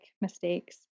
mistakes